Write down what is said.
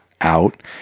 out